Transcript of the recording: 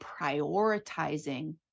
prioritizing